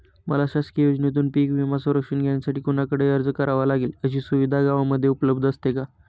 मला शासकीय योजनेतून पीक विमा संरक्षण घेण्यासाठी कुणाकडे अर्ज करावा लागेल? अशी सुविधा गावामध्ये उपलब्ध असते का?